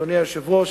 אדוני היושב-ראש,